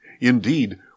Indeed